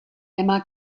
emma